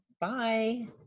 bye